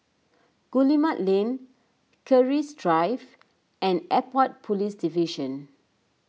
Guillemard Lane Keris Drive and Airport Police Division